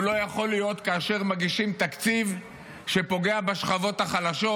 לא יכול להיות כאשר מגישים תקציב שפוגע בשכבות החלשות,